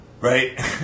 Right